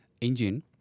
engine